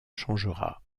changera